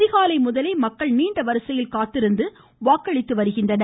அதிகாலை முதலே மக்கள் நீண்ட வரிசையில் காத்திருந்து வாக்களித்து வருகின்றனர்